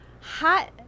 Hot